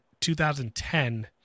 2010